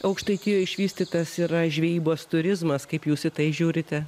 aukštaitijoj išvystytas yra žvejybos turizmas kaip jūs į tai žiūrite